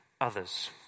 Others